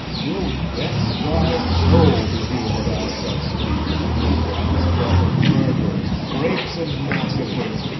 twill vex thy soul to hear what i shall speak for i must talk of murders, rapes, and massacres,